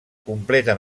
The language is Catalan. completen